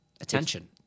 attention